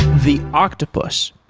the octopus,